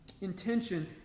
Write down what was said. intention